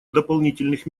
дополнительных